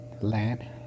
Land